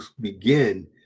begin